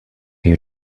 you